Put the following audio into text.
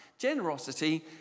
generosity